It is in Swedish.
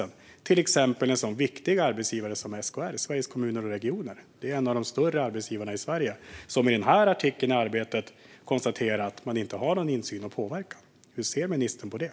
Det gäller till exempel en sådan viktig arbetsgivare som SKR, Sveriges Kommuner och Regioner. Det är en av de större arbetsgivarna i Sverige som i denna artikel konstaterar att de inte har någon insyn och inte kan påverka. Hur ser ministern på det?